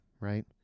right